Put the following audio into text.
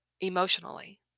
emotionally